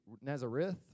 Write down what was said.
Nazareth